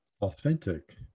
authentic